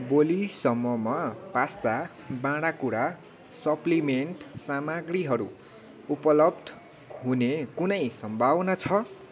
भोलिसम्ममा पास्ता भाँडाकुँडा सप्लिमेन्ट सामग्रीहरू उपलब्ध हुने कुनै सम्भावना छ